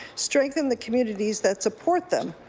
strengthen the communities that support them,